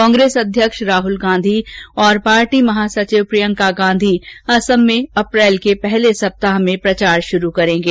कांग्रेस अध्यक्ष राहुल गांधी और पार्टी महासचिव प्रियंका गांधी असम में अप्रैल के पहले सप्ताह में प्रचार शुरू करेंगे